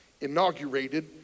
inaugurated